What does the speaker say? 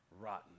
rotten